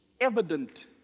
evident